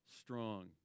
strong